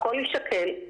הכול יישקל,